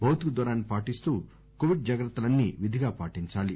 భౌతిక దూరాన్ని పాటిస్తూ కోవిడ్ జాగ్రత్తలన్నీ విధిగా పాటించాలి